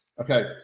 okay